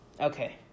okay